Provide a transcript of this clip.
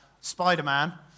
Spider-Man